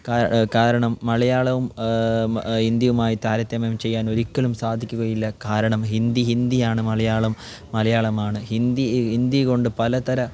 കാ കാരണം മളയാളവും ഹിന്ദിയുമായി താരതമ്യം ചെയ്യാൻ ഒരിക്കലും സാധിക്കുകയില്ല കാരണം ഹിന്ദി ഹിന്ദി ആണ് മലയാളം മലയാളമാണ് ഹിന്ദി ഹിന്ദി കൊണ്ട് പലതര